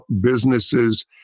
businesses